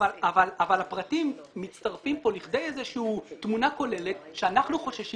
אבל הפרטים מצטרפים כאן לכדי איזושהי תמונה כוללת שאנחנו חוששים